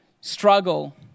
struggle